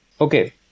Okay